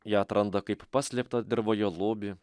ją atranda kaip paslėptą dirvoje lobį